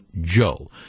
Joe